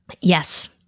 Yes